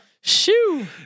Shoo